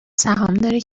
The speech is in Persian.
سهامداری